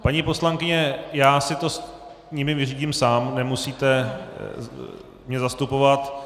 Paní poslankyně, já si to s nimi vyřídím sám, nemusíte mě zastupovat.